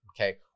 Okay